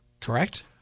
correct